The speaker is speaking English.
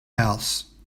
house